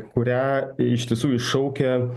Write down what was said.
kurią iš tiesų iššaukia